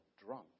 drunk